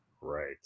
Right